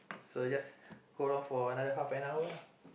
so just hold on for another half an hour lah